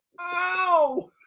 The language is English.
ow